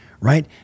right